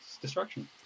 destruction